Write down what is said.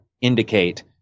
indicate